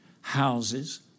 houses